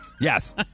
Yes